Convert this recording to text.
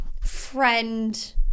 friend –